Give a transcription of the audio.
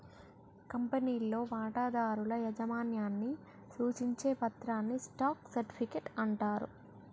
కంపెనీలో వాటాదారుల యాజమాన్యాన్ని సూచించే పత్రాన్ని స్టాక్ సర్టిఫికెట్ అంటారు